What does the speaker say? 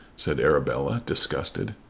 said arabella disgusted.